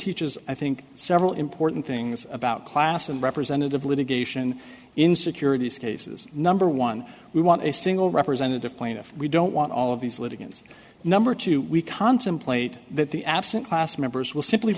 teaches i think several important things about class and representative litigation in securities cases number one we want a single representative plaintiff we don't want all of these litigants number two we contemplate that the absent class members will simply